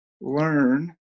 learn